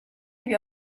lui